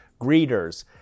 greeters